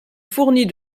fournit